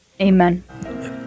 Amen